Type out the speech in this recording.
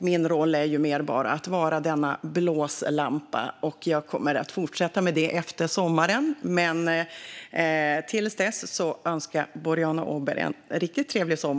Min roll är mer att vara en blåslampa, och det kommer jag att fortsätta med efter sommaren. Till dess önskar jag Boriana Åberg en riktigt trevlig sommar!